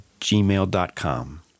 gmail.com